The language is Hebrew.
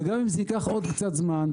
וגם אם זה ייקח עוד קצת זמן,